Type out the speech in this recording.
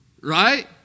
Right